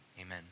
Amen